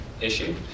issue